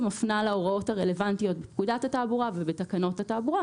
מפנה להוראות הרלוונטיות בפקודת התעבורה ובתקנות התעבורה,